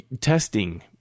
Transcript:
testing